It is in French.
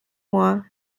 moi